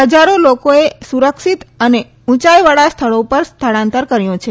હજારો લોકોને સુરક્ષિત અને ઉંચાઈવાળા સ્થળો પર સ્થળાંતર કર્યુ છે